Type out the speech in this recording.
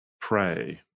pray